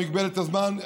במגבלת הזמן,